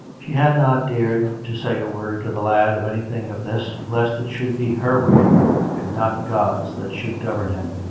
she had not dared to say a word to the lad of anything of this lest it should be her will and not god's that should govern him,